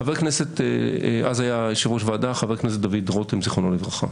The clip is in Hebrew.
אז היה יו"ר הוועדה חבר הכנסת דוד רותם ז"ל,